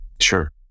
Sure